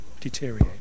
deteriorate